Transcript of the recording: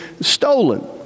stolen